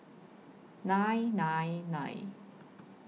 nine nine nine